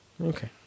Okay